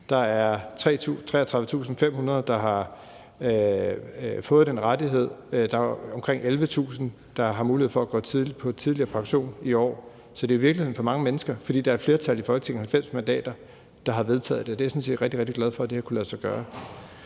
der er 33.500, der har fået den rettighed, og der er omkring 11.000, der har mulighed for at gå på tidligere pension i år. Så det er jo virkeligheden for mange mennesker, fordi der er et flertal i Folketinget, 90 mandater, der har vedtaget det, og det er jeg sådan set rigtig, rigtig glad for har kunnet lade sig gøre.